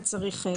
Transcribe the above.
אם צריך,